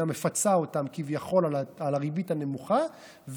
מפצה אותם כביכול על הריבית הנמוכה,